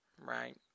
right